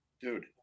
Dude